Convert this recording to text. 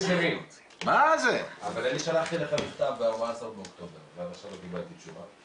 אבל אני שלחתי לך מכתב ב-14 באוקטובר ועד עכשיו לא קיבלתי תשובה.